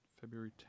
February